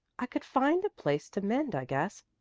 i could find a place to mend, i guess.